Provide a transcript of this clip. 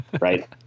right